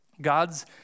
God's